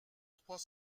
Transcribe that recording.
trois